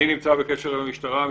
אני נמצא בקשר עם המשטרה.